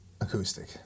Acoustic